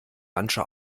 manche